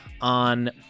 on